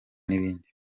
n’ibindi